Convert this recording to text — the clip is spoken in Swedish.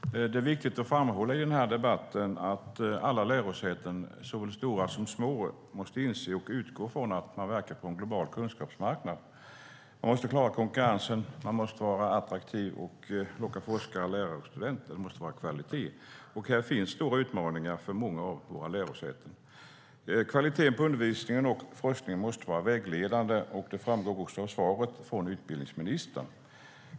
Fru talman! Det är viktigt att framhålla i den här debatten att alla lärosäten, såväl stora som små, måste inse och utgå från att man verkar på en global kunskapsmarknad. Man måste klara konkurrensen. Man måste vara attraktiv och locka forskare, lärare och studenter. Det måste vara kvalitet. Här finns stora utmaningar för många av våra lärosäten. Kvaliteten på undervisningen och forskningen måste vara vägledande. Det framgår också av svaret från utbildningsministern.